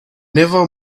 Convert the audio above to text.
never